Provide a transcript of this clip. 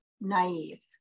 naive